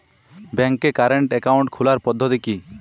ব্যাংকে current account খোলার পদ্ধতি কি?